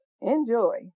enjoy